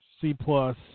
C-plus